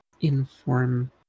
inform